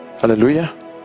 Hallelujah